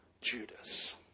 Judas